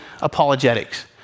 apologetics